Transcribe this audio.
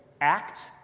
act